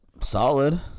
solid